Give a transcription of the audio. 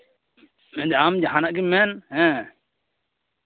ᱟᱢ ᱡᱟᱦᱟᱸᱱᱟᱜ ᱜᱮᱢ ᱢᱮᱱ ᱦᱮᱸ